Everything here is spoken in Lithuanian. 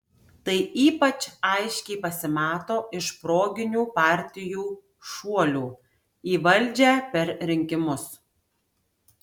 tai ypač aiškiai pasimato iš proginių partijų šuolių į valdžią per rinkimus